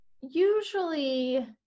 usually